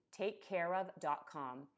TakeCareOf.com